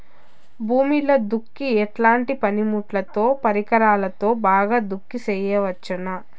భూమిలో దుక్కి ఎట్లాంటి పనిముట్లుతో, పరికరాలతో బాగా దుక్కి చేయవచ్చున?